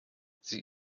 sie